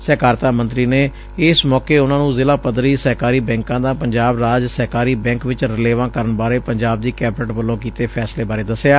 ਸਹਿਕਾਰਤਾ ਮੰਤਰੀ ਨੇ ਇਸ ਮੌਕੇ ਉਨੂਾਂ ਨੂੰ ਜ਼ਿਲ੍ਹਾ ਪੱਧਰੀ ਸਹਿਕਾਰੀ ਬੈਕਾਂ ਦਾ ਪੰਜਾਬ ਰਾਜ ਸਹਿਕਾਰੀ ਬੈਕ ਵਿੱਚ ਰਲੇਵਾਂ ਕਰਨ ਬਾਰੇ ਪੰਜਾਬ ਦੇ ਕੈਬਨਿਟ ਵੱਲੋ ਕੀਤੇ ਫੈਸਲੇ ਬਾਰੇ ਦੱਸਿਆ